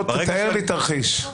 תתאר לי תרחיש של הלחץ.